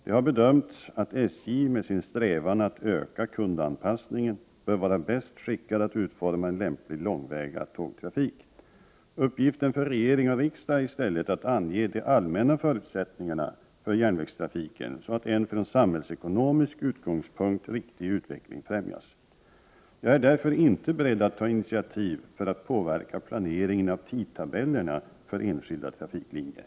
Det har bedömts att SJ med sin strävan att öka kundanpassningen bör vara bäst skickat att utforma en lämplig långväga tågtrafik. Uppgiften för regering och riksdag är i stället att ange de allmänna förutsättningarna för järnvägstrafiken, så att en från samhällsekonomisk utgångspunkt riktig utveckling främjas. Jag är därför inte beredd att ta initiativ för att påverka planeringen av tidtabellerna för enskilda trafiklinjer.